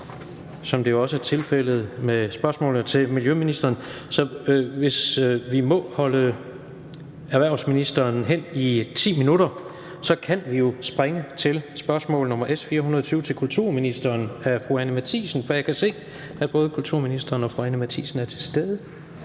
som det også er tilfældet med spørgsmålet til miljøministeren. Så hvis vi må holde erhvervsministeren hen i 10 minutter, kan vi jo springe til spørgsmål nr. S 420 til kulturministeren af fru Anni Matthiesen, for jeg kan se, at både kulturministeren og fru Anni Matthiesen er til stede